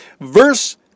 Verse